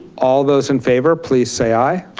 all those in favor please say i.